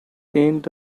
end